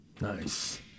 Nice